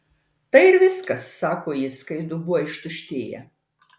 tai ir viskas sako jis kai dubuo ištuštėja